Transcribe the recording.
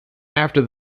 after